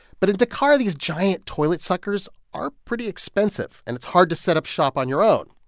but in dakar, these giant toilet suckers are pretty expensive. and it's hard to set up shop on your own.